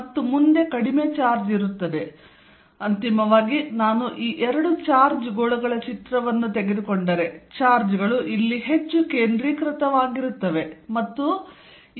ಮತ್ತು ಮುಂದೆ ಕಡಿಮೆ ಚಾರ್ಜ್ ಇರುತ್ತದೆ ಅಂತಿಮವಾಗಿ ನಾನು ಈ ಎರಡು ಚಾರ್ಜ್ ಗೋಳಗಳ ಚಿತ್ರವನ್ನು ತೆಗೆದುಕೊಂಡರೆ ಚಾರ್ಜ್ಗಳು ಇಲ್ಲಿ ಹೆಚ್ಚು ಕೇಂದ್ರೀಕೃತವಾಗಿರುತ್ತವೆ ಮತ್ತು ಇಲ್ಲಿ ಕಡಿಮೆ ಇರುತ್ತದೆ